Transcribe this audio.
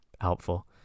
helpful